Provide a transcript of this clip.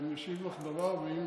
ואשיב לך דבר, ואם